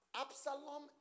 Absalom